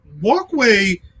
walkway